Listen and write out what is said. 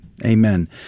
amen